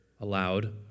aloud